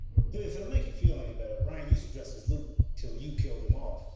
if it'll make you feel any better, ryan used to dress as luke till you killed him off.